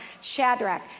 Shadrach